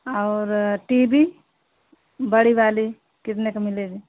और टी भी बड़ी बाली कितने का मिलेगा